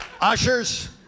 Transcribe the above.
Ushers